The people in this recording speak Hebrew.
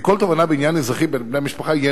כי כל תובענה בעניין אזרחי בין בני משפחה, יהא